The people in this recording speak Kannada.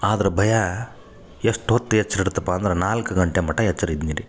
ಆದ್ರೆ ಭಯ ಎಷ್ಟು ಹೊತ್ತು ಎಚ್ರ ಇಡ್ತಪ್ಪಾ ಅಂದ್ರೆ ನಾಲ್ಕು ಗಂಟೆ ಮಟ್ಟ ಎಚ್ರ ಇದ್ನಿ ರೀ